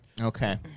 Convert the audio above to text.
okay